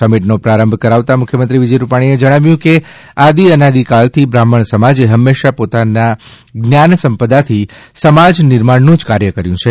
સમિટનો આરંભ કરવામાં મુખ્યમંત્રી વિજય રૂપાણીએ જણાવવ્યું કે આદિ અનાદિકાલથી બ્રાહ્મણ સમાજે હંમેશા પોતાની જ્ઞાન સંપદાથી સમાજ નિર્માણનું જ કાર્ય કર્યું છે